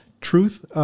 Truth